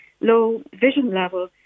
low-vision-level